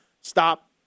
stop